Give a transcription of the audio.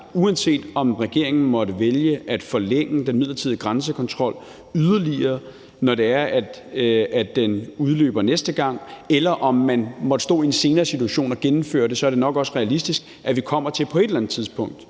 Uanset om regeringen måtte vælge at forlænge den midlertidige grænsekontrol yderligere, når den udløber næste gang, eller om man måtte stå i en senere situation og gennemføre det, så er det nok også realistisk, at vi kommer til på et eller andet tidspunkt